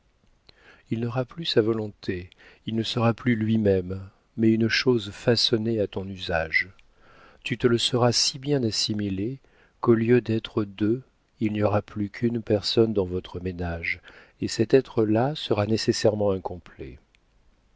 il n'aura plus sa volonté il ne sera plus lui-même mais une chose façonnée à ton usage tu te le seras si bien assimilé qu'au lieu d'être deux il n'y aura plus qu'une personne dans votre ménage et cet être-là sera nécessairement incomplet